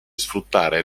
sfruttare